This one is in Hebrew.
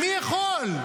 מי יכול.